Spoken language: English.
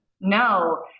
No